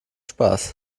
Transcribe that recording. spaß